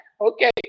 Okay